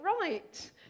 right